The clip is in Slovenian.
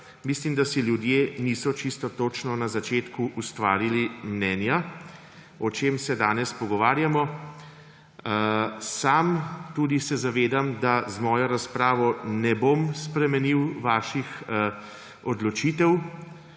mislim, da si ljudje niso čisto točno na začetku ustvarili mnenja, o čem se danes pogovarjamo. Sam se tudi zavedam, da z mojo razpravo ne bom spremenil vaših odločitev,